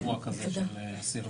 אירוע כזה של אסיר,